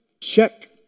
check